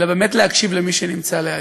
אלא באמת להקשיב למי שנמצא לידי.